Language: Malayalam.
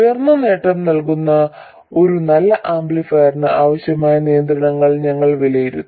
ഉയർന്ന നേട്ടം നൽകുന്ന ഒരു നല്ല ആംപ്ലിഫയറിന് ആവശ്യമായ നിയന്ത്രണങ്ങൾ ഞങ്ങൾ വിലയിരുത്തി